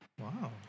wow